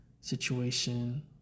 situation